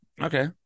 okay